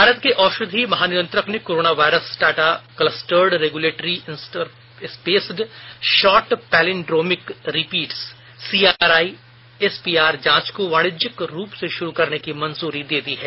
भारत के औषधि महानियंत्रक ने corona virus Tata clustered regulatory interspaced short palindromic repeats CRISPR जांच को वाणिज्यिक रूप से शुरू करने की मंजूरी दे दी है